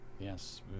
Yes